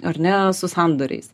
ar ne su sandoriais